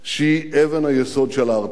שהיא אבן היסוד של ההרתעה.